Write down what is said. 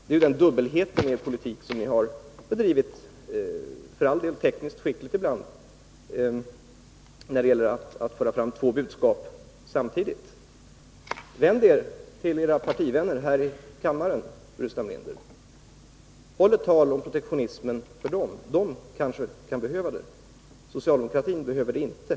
Det är denna dubbelhet i er politik som ni har drivit — för all del tekniskt skickligt ibland — när ni fört fram två budskap samtidigt. Men vänd er till era partivänner här i kammaren, Staffan Burenstam Linder! Håll ett tal om protektionismen för dem! De kanske kan behöva det, men socialdemokratin behöver det inte.